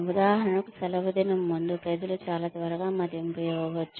ఉదాహరణకు సెలవుదినం ముందు ప్రజలు చాలా త్వరగా మదింపు ఇవ్వవచ్చు